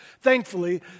Thankfully